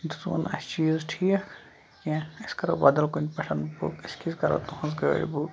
دِژٕوٕ نہٕ اَسہِ چیٖز ٹھیٖک کینٛہہ أسۍ کرو بدل کُنہِ پٮ۪ٹھ بُک أسۍ کیازِ کرو تُہنز گٲڑۍ بُک